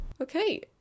okay